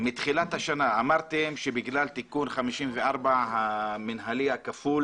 מתחילת השנה אמרתם שבגלל תיקון 54 המנהלי הכפול